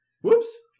whoops